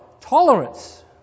tolerance